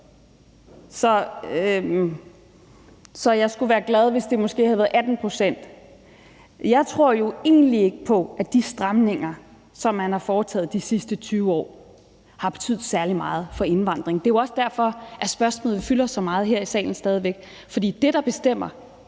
jeg så være glad, hvis det måske havde været 18 pct.? Jeg tror ikke egentlig ikke på, at de stramninger, som man har foretaget de sidste 20 år, har betydet særlig meget for indvandringen. Det er jo også derfor, at spørgsmålet fylder så meget her i salen stadig væk. For det, der bestemmer,